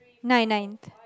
nine nineth